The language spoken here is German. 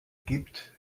gibt